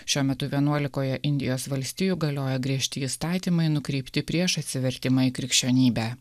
šiuo metu vienuolikoje indijos valstijų galioja griežti įstatymai nukreipti prieš atsivertimą į krikščionybę